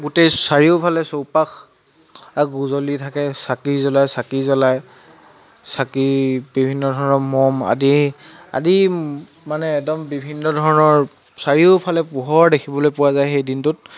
গোটেই চাৰিওফালে চৌপাশ উজ্বলি থাকে চাকি জ্বলাই চাকি জ্বলায় চাকি বিভিন্ন ধৰণৰ মম আদি আদি মানে একদম বিভিন্ন ধৰণৰ চাৰিওফালে পোহৰ দেখিবলৈ পোৱা যায় সেই দিনটোত